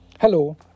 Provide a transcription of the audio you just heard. hello